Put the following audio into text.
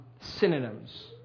synonyms